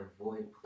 avoid